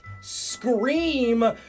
scream